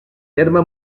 terme